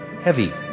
heavy